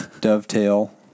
dovetail